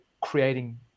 creating